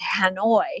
Hanoi